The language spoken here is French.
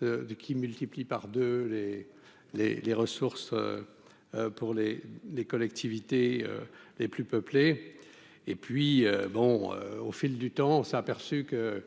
de qui multiplie par 2 les, les, les ressources pour les les collectivités les plus peuplées et puis bon, au fil du temps, on s'est aperçu que